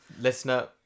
Listener